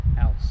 else